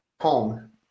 home